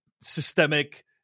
systemic